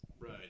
Right